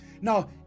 now